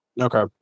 Okay